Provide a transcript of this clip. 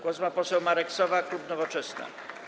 Głos ma poseł Marek Sowa, klub Nowoczesna.